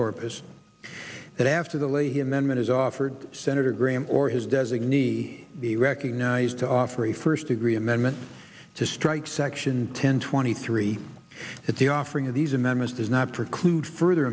corpus that after the leahy amendment is offered senator graham or his designee be recognized to offer a first degree amendment to strike section ten twenty three if the offering of these amendments does not preclude further